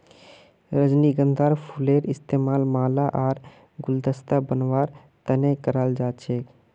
रजनीगंधार फूलेर इस्तमाल माला आर गुलदस्ता बनव्वार तने कराल जा छेक